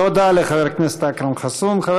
תודה לחבר הכנסת אכרם חסון.